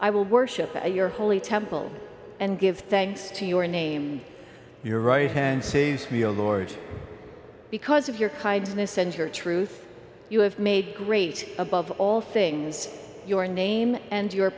i will worship your holy temple and give thanks to your name your right hand because of your kindness and your truth you have made great above all things your name and your